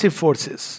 forces